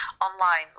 online